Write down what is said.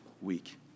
week